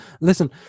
Listen